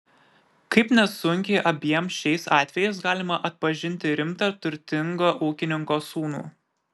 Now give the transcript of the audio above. kaip nesunkiai abiem šiais atvejais galima atpažinti rimtą turtingo ūkininko sūnų